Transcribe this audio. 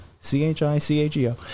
c-h-i-c-a-g-o